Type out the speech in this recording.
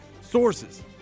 Sources